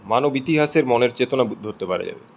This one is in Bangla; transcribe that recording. মানব ইতিহাসের মনের চেতনা ধরতে পারা যাবে